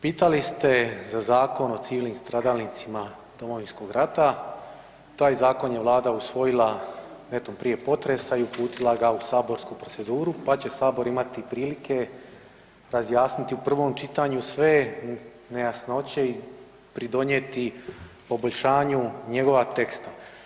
Pitali ste za Zakon o civilnim stradalnicima Domovinskog rata, taj zakon je Vlada usvojila netom prije potresa i uputila ga u saborsku proceduru pa će Sabor imati prilike razjasniti u prvom čitanju sve nejasnoće i pridonijeti poboljšanju njegova teksta.